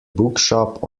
bookshop